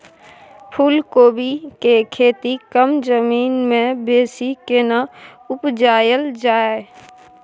फूलकोबी के खेती कम जमीन मे बेसी केना उपजायल जाय?